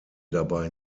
dabei